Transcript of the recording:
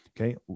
okay